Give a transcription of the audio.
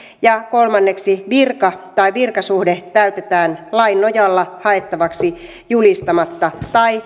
kolmanneksi silloin kun virka tai virkasuhde täytetään lain nojalla haettavaksi julistamatta